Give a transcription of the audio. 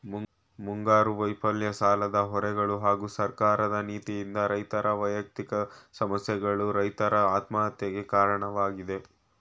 ಮುಂಗಾರು ವೈಫಲ್ಯ ಸಾಲದ ಹೊರೆಗಳು ಹಾಗೂ ಸರ್ಕಾರದ ನೀತಿಯಿಂದ ರೈತರ ವ್ಯಯಕ್ತಿಕ ಸಮಸ್ಯೆಗಳು ರೈತರ ಆತ್ಮಹತ್ಯೆಗೆ ಕಾರಣವಾಗಯ್ತೆ